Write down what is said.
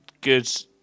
good